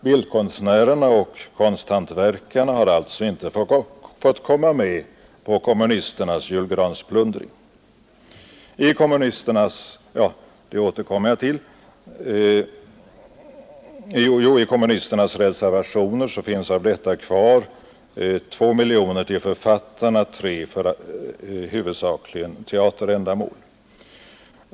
Bildkonstnärerna och konsthantverkarna har alltså inte fått komma med på kommunisternas julgransplundring. I kommunisternas reservationer finns av detta kvar 2 miljoner till författarna och 3 miljoner huvudsakligen för teaterändamål.